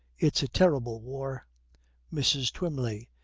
it's a terrible war mrs. twymley.